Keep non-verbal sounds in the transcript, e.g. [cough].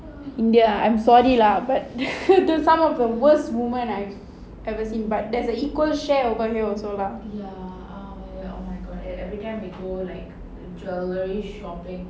india ah I'm sorry lah but [laughs] they are some of the worst woman I've ever seen but there's an equal share over here also lah